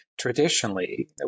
traditionally